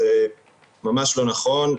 זה ממש לא נכון.